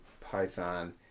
python